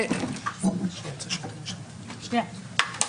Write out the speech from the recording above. גוטליב, 10:45)